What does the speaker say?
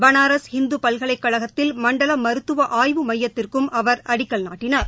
பனாரஸ் ஹிந்து பல்கலைக்கழகத்தில் மண்டல மருத்துவ ஆய்வு மையத்திற்கும் அவர் அடிக்கல் நாட்டினார்